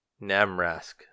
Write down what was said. Namrask